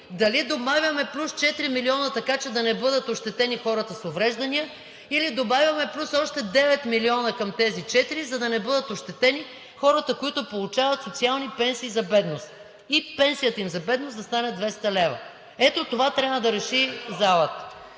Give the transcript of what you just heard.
дали добавяме плюс четири милиона, така че да не бъдат ощетени хората с увреждания, или добавяме плюс още девет милиона към тези четири, за да не бъдат ощетени хората, които получават социални пенсии за бедност и пенсията им за бедност да стане 200 лв. Ето това трябва да реши залата.